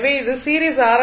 எனவே இது series R